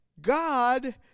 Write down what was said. God